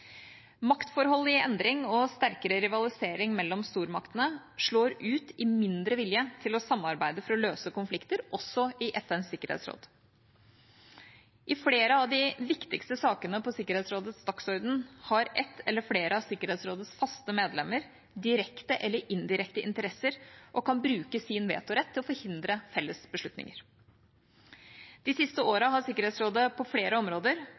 Maktforhold i endring og sterkere rivalisering mellom stormaktene slår ut i mindre vilje til å samarbeide for å løse konflikter, også i FNs sikkerhetsråd. I flere av de viktigste sakene på Sikkerhetsrådets dagsorden har ett eller flere av Sikkerhetsrådets faste medlemmer direkte eller indirekte interesser og kan bruke sin vetorett for å forhindre felles beslutninger. De siste årene har Sikkerhetsrådet på flere områder